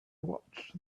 watched